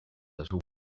little